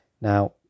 Now